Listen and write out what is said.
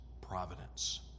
providence